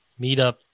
meetup